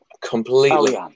completely